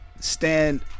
stand